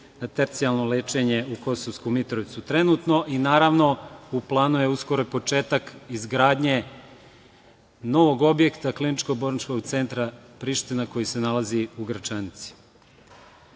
na tercijalno lečenje u Kosovsku Mitrovicu trenutno. Naravno, u planu je uskoro i početak izgradnje novog objekta Kliničko bolničkog centra Priština koji se nalazi u Gračanici. Pre